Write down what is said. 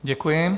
Děkuji.